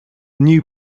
new